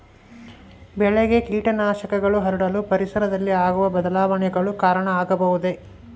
ಬೆಳೆಗೆ ಕೇಟನಾಶಕಗಳು ಹರಡಲು ಪರಿಸರದಲ್ಲಿ ಆಗುವ ಬದಲಾವಣೆಗಳು ಕಾರಣ ಆಗಬಹುದೇ?